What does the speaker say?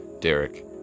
Derek